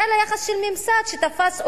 אלא יחס של ממסד שתפס אויב,